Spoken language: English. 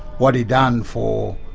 what he done for,